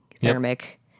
thermic